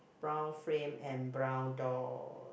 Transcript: brown frame and brown door